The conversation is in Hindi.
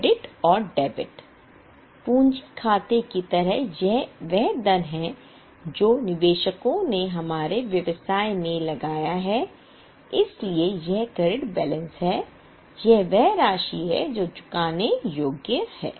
क्रेडिट और डेबिट पूंजी खाते की तरह यह वह धन है जो निवेशकों ने हमारे व्यवसाय में लगाया है इसलिए यह क्रेडिट बैलेंस है यह वह राशि है जो चुकाने योग्य है